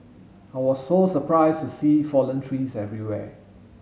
I was so surprised to see fallen trees everywhere